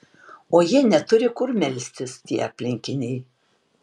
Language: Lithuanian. o jie neturi kur melstis tie aplinkiniai